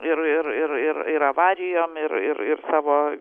ir ir ir ir avarijom ir ir ir savo